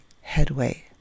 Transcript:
headway